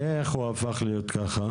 איך הוא הפך להיות ככה?